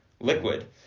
liquid